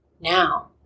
now